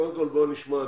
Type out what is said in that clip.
קודם כל בואו נשמע,